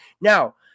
Now